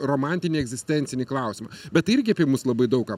romantinį egzistencinį klausimą bet tai irgi apie mus labai daug ką